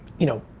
you know,